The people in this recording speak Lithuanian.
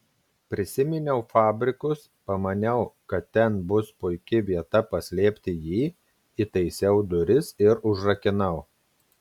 prisiminiau fabrikus pamaniau kad ten bus puiki vieta paslėpti jį įtaisiau duris ir užrakinau